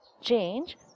change